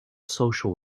social